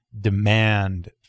demand